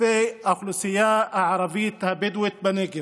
כלפי האוכלוסייה הערבית הבדואית בנגב.